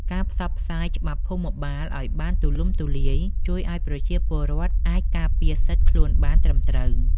ការផ្សព្វផ្សាយច្បាប់ភូមិបាលឱ្យបានទូលំទូលាយ ជួយឱ្យប្រជាពលរដ្ឋអាចការពារសិទ្ធិខ្លួនបានត្រឹមត្រូវ។